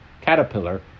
caterpillar